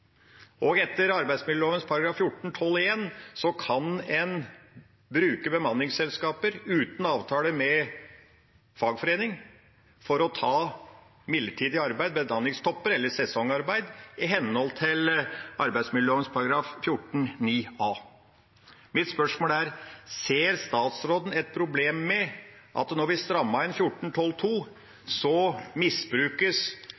Etter arbeidsmiljøloven § 14-12 første ledd kan en bruke bemanningsselskaper uten avtale med fagforening for å ta midlertidig arbeid – bemanningstopper eller sesongarbeid – i henhold til arbeidsmiljøloven § 14-9 annet ledd bokstav a. Mitt spørsmål er: Ser statsråden et problem med at etter at vi strammet inn